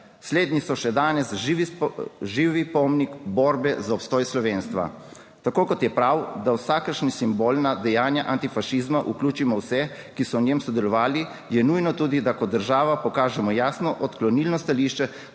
Slednji so še danes živi pomnik borbe za obstoj slovenstva. Tako kot je prav, da vsakršna simbolna dejanja antifašizma vključimo vse, ki so v njem sodelovali, je nujno tudi, da kot država pokažemo jasno odklonilno stališče